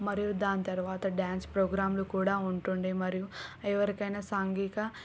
మరియు దాని తరువాత డ్యాన్స్ ప్రోగ్రామ్లు కూడా ఉంటుండే మరియు ఎవరికైనా సాంఘిక